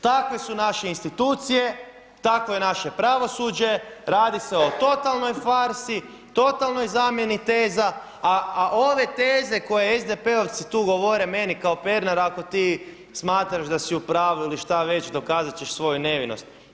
Takve su naše institucije, takvo je naše pravosuđe, radi se o totalnoj farsi, totalnoj zamjeni teza, a ove teze koje SDP-ovci tu govore meni kao: Pernar, ako ti smatraš da si u pravu ili šta već, dokazat ćeš svoju nevinost.